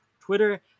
Twitter